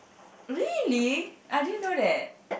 really I didn't know that